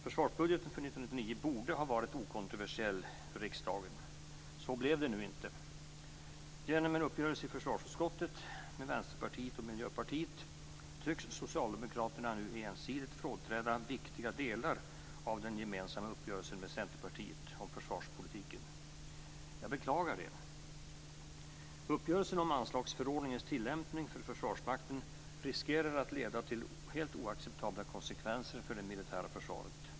Försvarsbudgeten för 1999 borde ha varit okontroversiell för riksdagen. Så blev det nu inte. Vänsterpartiet och Miljöpartiet tycks Socialdemokraterna nu ensidigt frånträda viktiga delar av den gemensamma uppgörelsen med Centerpartiet om försvarspolitiken. Jag beklagar det. Uppgörelsen om anslagsförordningens tillämpning för Försvarsmakten riskerar att leda till helt oacceptabla konsekvenser för det militära försvaret.